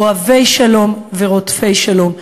אוהבי שלום ורודפי שלום".